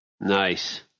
Nice